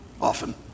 often